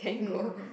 where you can't go